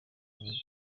nk’ibyo